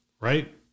right